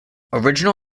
original